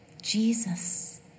Jesus